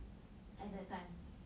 at that time